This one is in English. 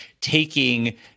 taking